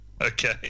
Okay